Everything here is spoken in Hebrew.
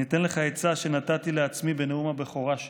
אני אתן לך עצה שנתתי לעצמי בנאום הבכורה שלי: